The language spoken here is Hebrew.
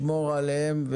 הקדוש ברוך הוא ישמור עליהם,